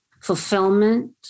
fulfillment